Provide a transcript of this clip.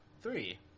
Three